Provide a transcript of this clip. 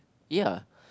ya